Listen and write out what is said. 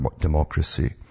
democracy